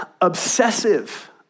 obsessive